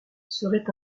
seraient